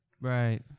Right